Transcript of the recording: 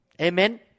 Amen